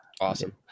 Awesome